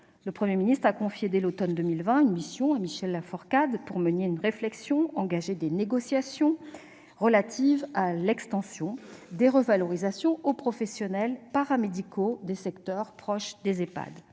Le Premier ministre a confié dès l'automne 2020 à Michel Laforcade la mission de mener une réflexion et d'engager des négociations relatives à l'extension des revalorisations du Ségur aux professionnels paramédicaux des secteurs proches des